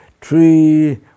tree